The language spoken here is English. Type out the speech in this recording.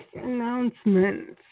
announcements